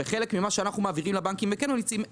וחלק ממה שאנחנו מעבירים הם דוחים.